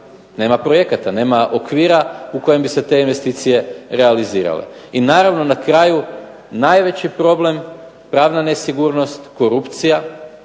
nema projekata, nema okvira u koje bi se te investicije realizirale. I naravno na kraju najveći problem, pravna nesigurnost korupcija,